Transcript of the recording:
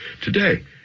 today